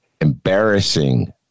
embarrassing